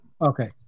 Okay